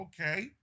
Okay